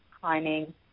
climbing